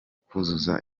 kuzuza